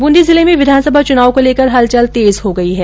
बूंदी जिले में विधानसभा चुनाव को लेकर हलचल तेज हो गई है